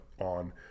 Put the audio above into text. on